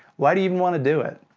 why do you even wanna do it?